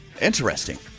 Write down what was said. Interesting